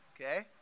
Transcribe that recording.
okay